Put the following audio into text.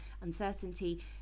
uncertainty